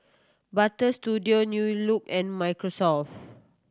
Butter Studio New Look and Microsoft